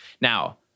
Now